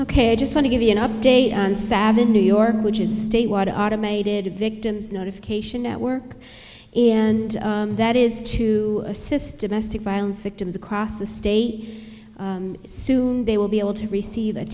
k i just want to give you an update on savage new york which is a statewide automated victim's notification network and that is to assist domestic violence victims across the state soon they will be able to receive a